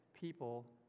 people